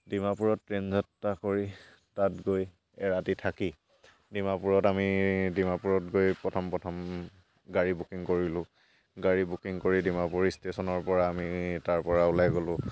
ডিমাপুৰত train যাত্ৰা কৰি তাত গৈ এৰাতি থাকি ডিমাপুৰত আমি ডিমাপুৰত গৈ প্ৰথম প্ৰথম গাড়ী বুকিং কৰিলোঁ গাড়ী বুকিং কৰি ডিমাপুৰ ইষ্টেশ্যনৰপৰা আমি তাৰপৰা ওলাই গ'লোঁ